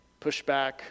pushback